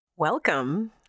Welcome